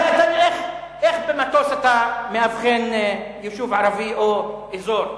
הרי איך במטוס אתה מאבחן יישוב ערבי או אזור יהודי,